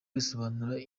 risobanura